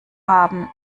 haben